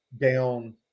down